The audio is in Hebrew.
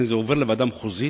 לכן זה עובר לוועדה המחוזית.